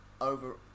over